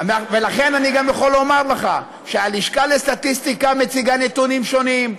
ולכן אני גם יכול לומר לך שהלשכה לסטטיסטיקה מציגה נתונים שונים,